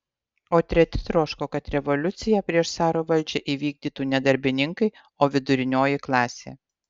o treti troško kad revoliuciją prieš caro valdžią įvykdytų ne darbininkai o vidurinioji klasė